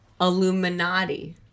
Illuminati